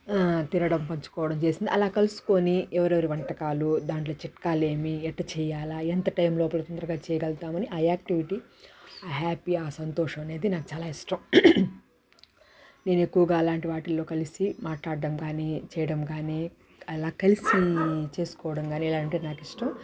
తినడం పంచుకోవడం చేసింది అలా కలుసుకొని ఎవరెవరి వంటకాలు దాంట్లో చిట్కాలు ఏమి ఎట్ట చేయాలా ఎంత టైం లోపల తొందరగా చేయగలుగుతాం ఆ యాక్టివిటీ ఆ హ్యాపీ ఆ సంతోషం అనేది నాకు చాలా ఇష్టం నేను ఎక్కువగా అలాంటి వాటిలో కలిసి మాట్లాడటం కానీ చేయడం కానీ అలా కలిసి చేసుకోవడం కానీ ఇలాంటివి ఇష్టం